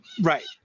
Right